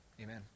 Amen